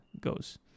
goes